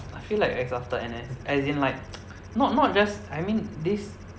I feel like it's after N_S as in like not not just I mean this